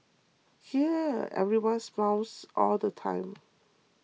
here everybody smiles all the time